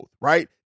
right